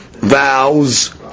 vows